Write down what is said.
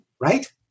Right